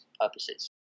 purposes